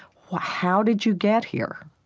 how did you get here?